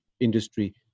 industry